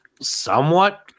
somewhat